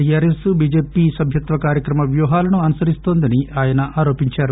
TRS BJP సభ్యత్వ కార్యక్రమ వ్యూహాలను అనుసరిస్తోందని ఆయన అన్నారు